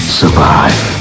survive